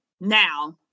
now